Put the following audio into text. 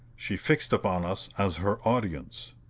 she fixed upon us as her audience.